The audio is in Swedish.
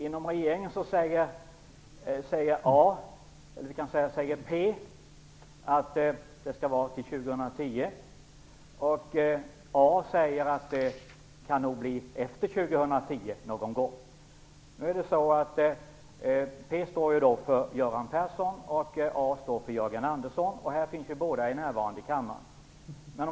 Inom regeringen säger P att den skall avvecklas till år 2010, och A säger att avvecklingen kan komma att ske någon gång efter år 2010. P står alltså för Göran Persson, och A står för Jörgen Andersson. Båda finns nu närvarande i kammaren.